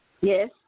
Yes